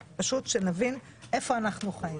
כן, בדקת?